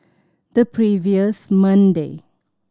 the previous Monday